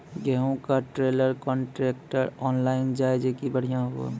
गेहूँ का trailer contractor online जाए जैकी बढ़िया हुआ